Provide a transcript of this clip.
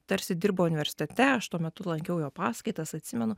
tarsi dirbo universitete aš tuo metu lankiau jo paskaitas atsimenu